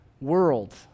world